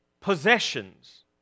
possessions